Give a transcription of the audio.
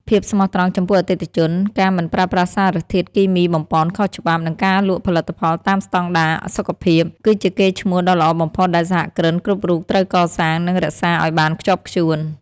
ភាពស្មោះត្រង់ចំពោះអតិថិជន ការមិនប្រើប្រាស់សារធាតុគីមីបំប៉នខុសច្បាប់ និងការលក់ផលិតផលតាមស្ដង់ដារសុខភាព គឺជាកេរ្តិ៍ឈ្មោះដ៏ល្អបំផុតដែលសហគ្រិនគ្រប់រូបត្រូវកសាង និងរក្សាឱ្យបានខ្ជាប់ខ្ជួន។